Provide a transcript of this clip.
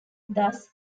thus